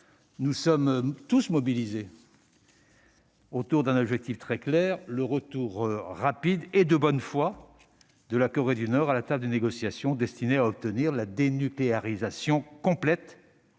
nous sommes tous mobilisés autour d'un objectif très clair : le retour rapide, et en toute bonne foi, de la Corée du Nord à la table des négociations, lesquelles sont destinées à obtenir la dénucléarisation complète,